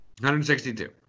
162